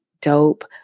dope